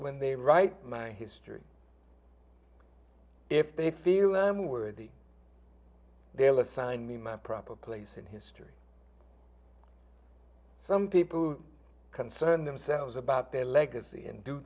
when they write my history if they feel i'm worthy they'll assign me my proper place in history some people who concern themselves about their legacy and do